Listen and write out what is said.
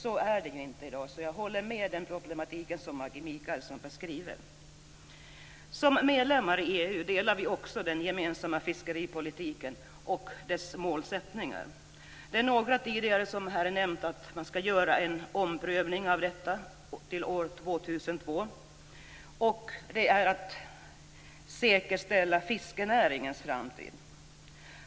Så är det ju inte i dag. Jag håller alltså med Maggi Mikaelsson i den beskrivning hon gör av problematiken. Som medlemmar i EU delar vi också den gemensamma fiskeripolitiken och dess mål. Några talare har tidigare i debatten nämnt att man skall göra en omprövning av detta till år 2002 för att säkerställa fiskenäringens framtid.